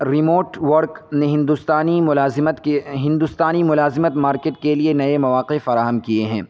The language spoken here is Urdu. ریموٹ ورک نے ہندوستانی ملازمت کے ہندوستانی ملازمت مارکٹ کے لیے نئے مواقع فراہم کیے ہیں